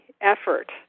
effort